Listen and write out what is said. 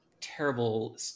terrible